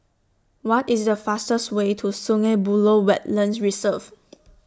What IS The fastest Way to Sungei Buloh Wetland Reserve